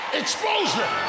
exposure